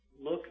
look